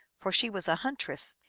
for she was a huntress.